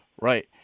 Right